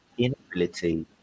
inability